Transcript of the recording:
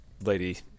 Lady